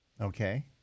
Okay